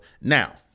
Now